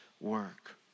work